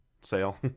sale